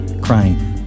crying